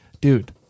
dude